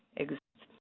exists.